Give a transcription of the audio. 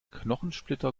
knochensplitter